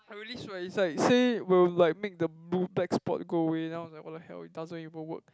i really swear it's like say will like make the blue black spot go away then I was like what the hell it doesn't even work